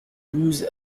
douze